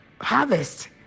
harvest